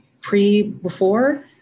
pre-before